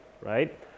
right